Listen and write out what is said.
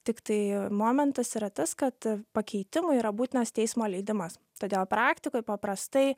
tiktai momentas yra tas kad pakeitimui yra būtinas teismo leidimas todėl praktikoj paprastai